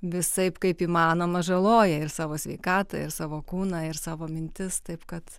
visaip kaip įmanoma žaloja ir savo sveikatą ir savo kūną ir savo mintis taip kad